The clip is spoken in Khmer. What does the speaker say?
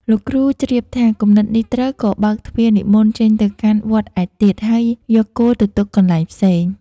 លោកគ្រូជ្រាបថា "គំនិតនេះត្រូវ" ក៏បើកទ្វារនិមន្តចេញទៅកាន់វត្តឯទៀត ហើយយកគោទៅទុកកន្លែងផ្សេង។